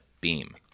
Beam